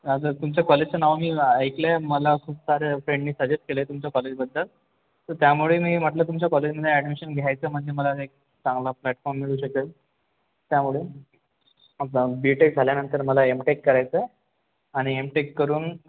हा सर तुमच्या कॉलेजचं नाव मी ऐकलंय मला खूप साऱ्या फ्रेंडने सजेस्ट केलं आहे तुमच्या कॉलेजबद्दल तर त्यामुळे मी म्हटलं तुमच्या कॉलेजमध्ये ऍडमिशन घ्यायचं म्हणजे मला एक चांगला प्लॅटफॉर्म मिळू शकेल त्यामुळे बी टेक झाल्यानंतर मला एम टेक करायचं आणि एम टेक करून